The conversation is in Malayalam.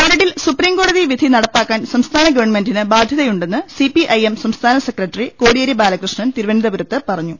മരടിൽ സുപ്രീംകോടതി വിധി നടപ്പാക്കാൻ സംസ്ഥാന ഗവൺമെന്റിന് ബാധൃതയുണ്ടെന്ന് സിപിഐഎം സംസ്ഥാന സെക്രട്ടറി കോടിയേരി ബാലകൃഷ്ണൻ തിരു വനന്തപുരത്ത് പറഞ്ഞു